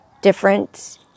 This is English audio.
different